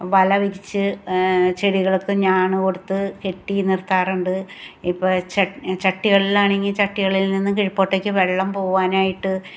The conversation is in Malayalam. വല വിരിച്ച് ചെടികൾക്ക് ഞാൺ കൊടുത്ത് കെട്ടി നിർത്താറുണ്ട് ഇപ്പോൾ ചട്ടികളിലാണെങ്കിൽ ചട്ടികളിൽ നിന്ന് കീഴ്പോട്ടേക്ക് വെള്ളം പോവാനായിട്ട്